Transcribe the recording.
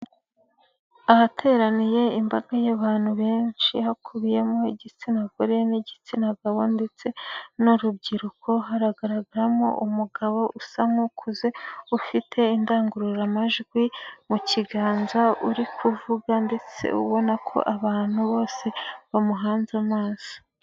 Ahateraniye imbaga y'abantu benshi hakubiyemo igitsina gore n'igitsina gabo ndetse n'urubyiruko haragaragaramo umugabo usa nk'ukuze ufite indangururamajwi mu kiganza uri kuvuga ndetse ubona ko abantu bose bamuhanze amaso.